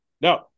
no